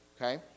okay